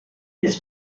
his